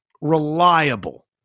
reliable